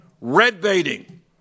red-baiting